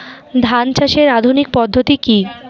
ধান চাষের আধুনিক পদ্ধতি কি?